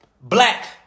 Black